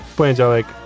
poniedziałek